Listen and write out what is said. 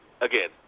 again